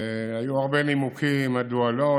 היו הרבה נימוקים מדוע לא,